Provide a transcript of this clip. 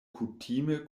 kutime